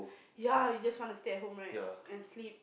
ya you just want to stay at home right and sleep